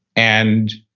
and